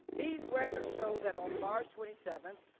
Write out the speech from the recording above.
these records show that on march twenty seven,